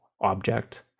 object